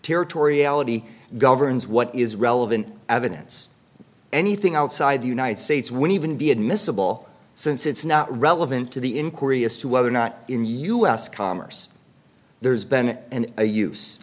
territoriality governs what is relevant evidence anything outside the united states would even be admissible since it's not relevant to the inquiry as to whether or not in u s commerce there's ben and they use